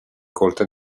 colta